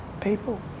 people